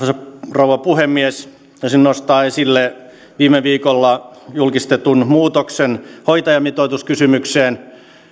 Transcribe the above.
rouva puhemies haluaisin nostaa esille viime viikolla julkistetun muutoksen hoitajamitoituskysymykseen